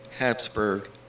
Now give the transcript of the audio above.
Habsburg